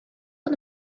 fod